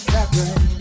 Captain